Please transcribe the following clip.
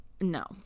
no